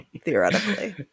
theoretically